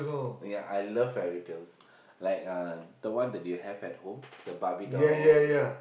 ya I love fairytale like the one that you have at home the barbie doll